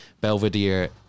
Belvedere